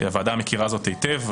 הוועדה מכירה זאת היטב.